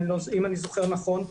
אם אני זוכר נכון,